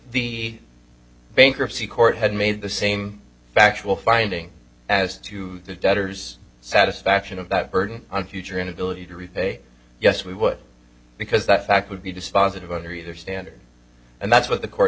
the bankruptcy court had made the same factual finding as to the debtors satisfaction of that burden on future inability to repay yes we would because that fact would be dispositive under either standard and that's what the court